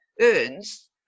earns